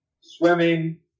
swimming